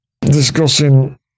discussing